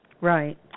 Right